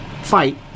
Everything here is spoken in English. fight